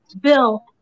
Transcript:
Bill